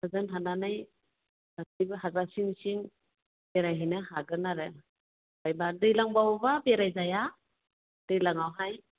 हागोन हानानै गासैबो हाग्रा सिं सिं बेरायहैनो हागोन आरो दैलांबावबा बेराय जाया दैलांआवहाय